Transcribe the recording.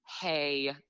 hey